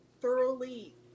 thoroughly